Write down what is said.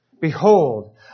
Behold